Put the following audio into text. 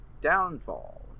downfall